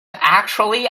actually